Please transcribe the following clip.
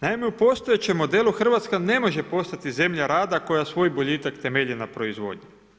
Naime, u postojećem modelu Hrvatska ne može postati zemlja rada koja svoj boljitak temelji na proizvodnji.